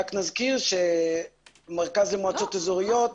רק נזכיר שמרכז למועצות אזוריות,